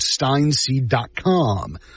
steinseed.com